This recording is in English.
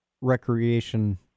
recreation